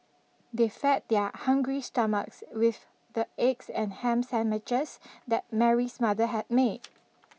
they fed their hungry stomachs with the eggs and ham sandwiches that Mary's mother had made